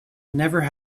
never